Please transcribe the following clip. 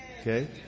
Okay